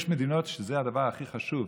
יש מדינות שזה הדבר הכי חשוב,